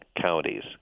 counties